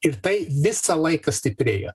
ir tai visą laiką stiprėja